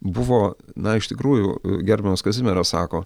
buvo na iš tikrųjų gerbiamas kazimieras sako